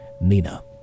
Nina